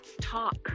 talk